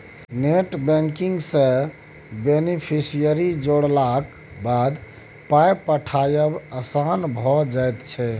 net banking सँ beneficiary जोड़लाक बाद पाय पठायब आसान भऽ जाइत छै